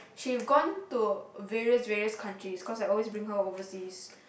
she've gone to various various countries because I always bring her overseas